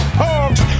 hogs